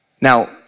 Now